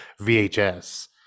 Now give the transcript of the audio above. vhs